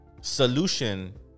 solution